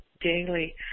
daily